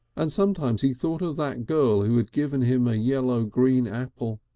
and sometimes he thought of that girl who had given him a yellow-green apple.